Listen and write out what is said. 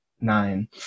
nine